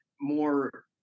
more